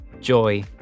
joy